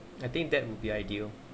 I think that would be ideal